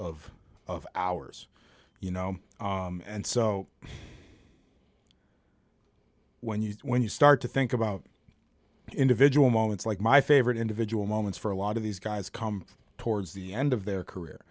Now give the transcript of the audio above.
hours you know and so when you when you start to think about individual moments like my favorite individual moments for a lot of these guys come towards the end of their career